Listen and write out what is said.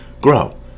grow